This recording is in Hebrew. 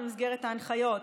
במסגרת ההנחיות,